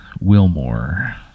Wilmore